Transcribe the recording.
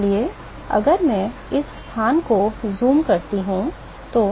इसलिए अगर मैं इस स्थान को ज़ूम करता हूँ